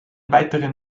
weiteren